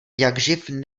jakživ